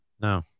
No